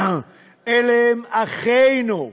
אלה הם אחינו.